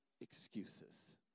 excuses